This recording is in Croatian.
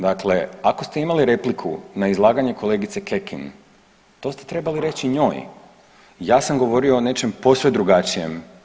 Dakle, ako ste imali repliku na izlaganje kolegice Kekin to ste trebali reći njoj, ja sam govorio o nečem posve drugačijem.